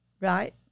right